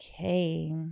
okay